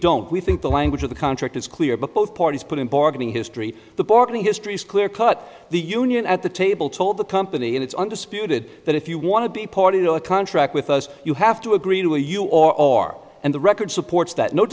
don't we think the language of the contract is clear but both parties put in bargaining history the borken history is clear cut the union at the table told the company and it's undisputed that if you want to be party to a contract with us you have to agree to you or and the record supports that no